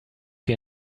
wie